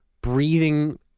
Breathing